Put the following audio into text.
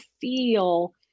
feel